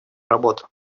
работу